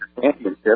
championship